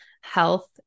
health